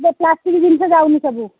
plastic ଜିନିଷ ଯାଉନି ସବୁ